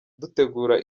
dutegura